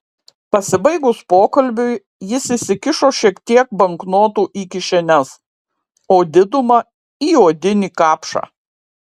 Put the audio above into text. pasibaigus pokalbiui jis įsikišo šiek tiek banknotų į kišenes o didumą į odinį kapšą